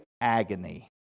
agony